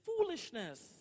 foolishness